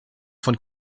von